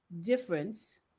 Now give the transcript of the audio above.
difference